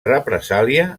represàlia